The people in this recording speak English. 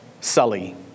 Sully